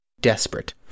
desperate